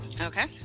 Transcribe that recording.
Okay